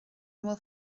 bhfuil